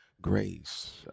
grace